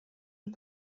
une